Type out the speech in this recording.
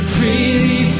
Freely